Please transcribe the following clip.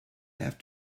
have